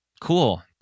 Cool